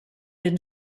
den